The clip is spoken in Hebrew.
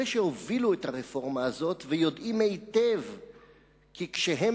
אלה שהובילו את הרפורמה הזאת ויודעים היטב כי כשהם